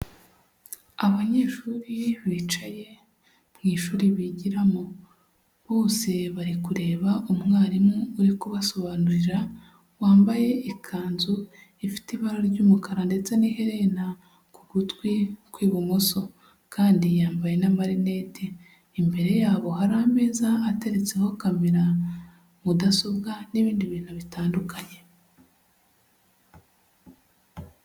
Abanyeshuri bicaye mu ishuri bigiramo, bose bari kureba umwarimu uri kubasobanurira wambaye ikanzu ifite ibara ry'umukara ndetse n'iherena ku gutwi kw'ibumoso, kandi yambaye n'amarinete; imbere yabo hari ameza ateretseho: camera, mudasobwa n'ibindi bintu bitandukanye.